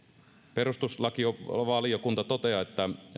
perustuslakivaliokunta toteaa että